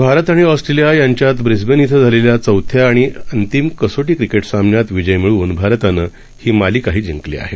भारतआणिऑस्ट्रेलियायांच्यातब्रिस्बेनइथंझालेल्याचौथ्याआणिअंतिमकसोटीक्रिकेटसामन्यातविजयमिळ वूनभारतानंहीमालिकाहीजिंकलीआहे